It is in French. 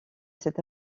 cet